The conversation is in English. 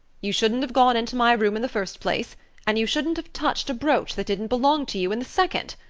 you shouldn't have gone into my room in the first place and you shouldn't have touched a brooch that didn't belong to you in the second.